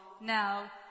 now